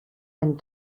and